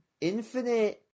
Infinite